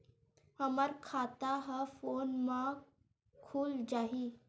हमर खाता ह फोन मा खुल जाही?